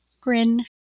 Grin